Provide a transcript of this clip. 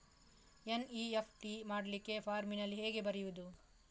NEFT ಮಾಡ್ಲಿಕ್ಕೆ ಫಾರ್ಮಿನಲ್ಲಿ ಹೇಗೆ ಬರೆಯುವುದು?